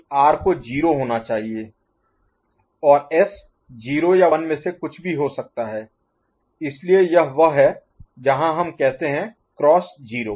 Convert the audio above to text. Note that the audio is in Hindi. इसलिए यह है कि R को 0 होना चाहिए और S 0 या 1 में से कुछ भी हो सकता है इसलिए यह वह है जहां हम कहते हैं क्रॉस 0